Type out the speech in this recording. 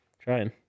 trying